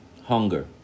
hunger